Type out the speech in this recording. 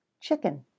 Chicken